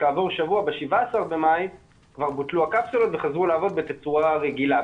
וכעבור שבוע ב-17 במאי בוטלו הקפסולות וחזרו לעבוד בתצורה רגילה,